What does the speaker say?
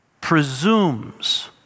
presumes